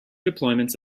deployments